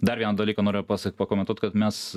dar vieną dalyką noriu pasak pakomentuot kad mes